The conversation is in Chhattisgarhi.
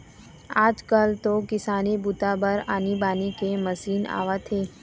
आजकाल तो किसानी बूता बर आनी बानी के मसीन आवत हे